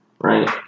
right